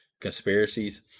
conspiracies